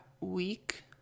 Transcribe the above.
week